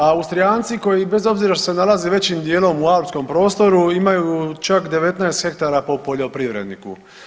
Austrijanci koji bez obzira što se nalaze većim dijelom u alpskom prostoru imaju čak 19 hektara po poljoprivredniku.